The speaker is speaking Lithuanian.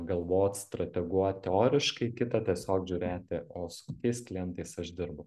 galvot strateguot teoriškai kita tiesiog žiūrėti o su kokiais klientais aš dirbu